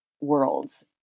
worlds